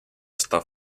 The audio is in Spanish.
esta